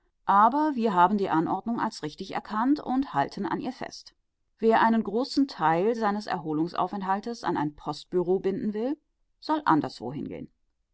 aber wir haben die anordnung als richtig erkannt und halten an ihr fest wer einen großen teil seines erholungsaufenthaltes an ein postbüro binden will soll anderswo